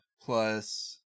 plus